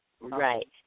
Right